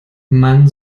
man